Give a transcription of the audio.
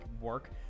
work